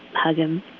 hug him,